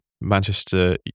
Manchester